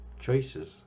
choices